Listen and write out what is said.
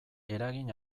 eragin